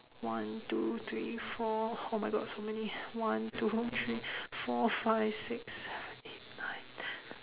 one two three four oh my god so many one two three four five six seven eight nine ten